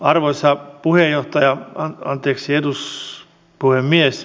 arvoisa puhemies